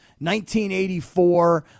1984